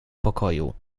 pokoju